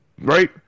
Right